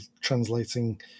translating